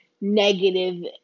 negative